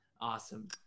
Awesome